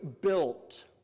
built